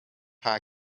her